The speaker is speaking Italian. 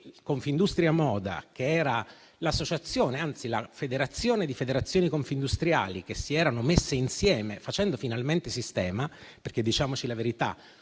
Confindustria moda, che era la federazione di federazioni confindustriali che si erano messe insieme, facendo finalmente sistema (diciamoci la verità: